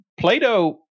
Plato